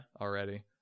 already